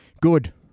good